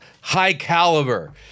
high-caliber